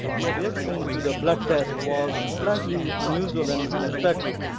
the reaction to the blood test was slightly unusual and unexpected.